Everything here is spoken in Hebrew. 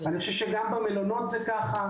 אני חושב שגם במלונות זה כך.